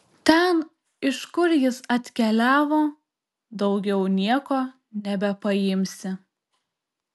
ten iš kur jis atkeliavo daugiau nieko nebepaimsi